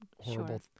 horrible